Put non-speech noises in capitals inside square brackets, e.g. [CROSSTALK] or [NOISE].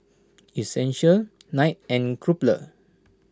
[NOISE] Essential [NOISE] Knight and Crumpler